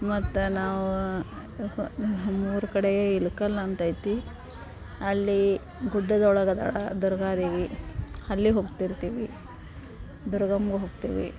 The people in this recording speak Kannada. ಮತ್ತು ನಾವು ನಮ್ಮ ಊರ ಕಡೆ ಇಳಕಲ್ ಅಂತೈತಿ ಅಲ್ಲಿ ಗುಡ್ಡದೊಳಗೆ ಅದಾಳೆ ದುರ್ಗಾದೇವಿ ಅಲ್ಲಿ ಹೋಗ್ತಿರ್ತೀವಿ ದುರ್ಗಮ್ಮಗೂ ಹೋಗ್ತೀವಿ